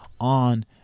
on